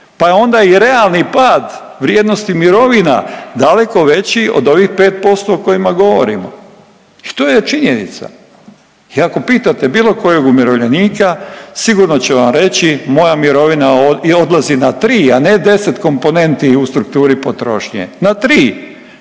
Pa je onda i realni pad vrijednosti mirovina daleko veći od ovih 5% o kojima govorimo. I to je činjenica. I ako pitate bilo kojeg umirovljenika, sigurno će vam reći, moja mirovina odlazi na 3, a ne 10 komponenti u strukturi potrošnje. Na 3,